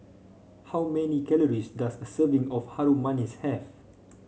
how many calories does a serving of Harum Manis have